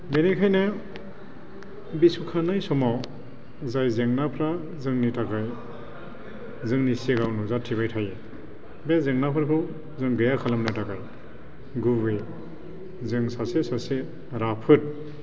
बेनिखायनो बिसायख'नाय समाव जाय जेंनाफ्रा जोंनि थाखाय जोंनि सिगाङाव नुजाथिबाय थायो बे जेंनाफोरखौ जों गैया खालामनो थाखाय गुबैयै जों सासे सासे राफोद